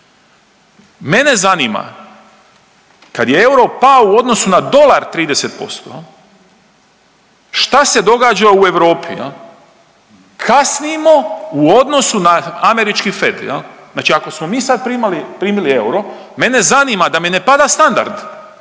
Mene zanima kad je euro pao u odnosu na dolar 30% šta se događa u Europi? Kasnimo u odnosu na američki FED. Znači ako smo mi sad primili euro mene zanima da mi ne pada standard